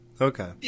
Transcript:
okay